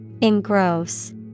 Engross